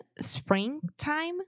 springtime